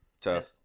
Tough